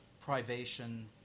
privation